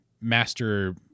master